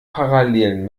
parallelen